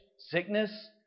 sickness